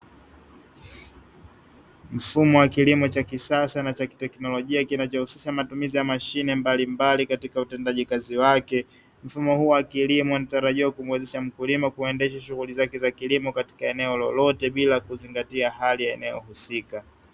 Mfumo wa kilimo cha kisasa na cha kiteknolojia kinajihusisha na matumizi ya mashine mbalimbali katika utendaji kazi wake. Mfumo huu wa kilimo nitarajiwa kumwezesha mkulima kuendesha shughuli zake za kilimo katika eneo lolote bila kuzingatia hali ya eneo husika.